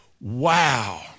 wow